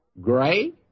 Gray